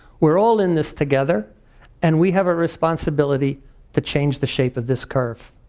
we're all in this together and we have a responsibility to change the shape of this curve.